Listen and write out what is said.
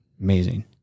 Amazing